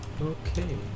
okay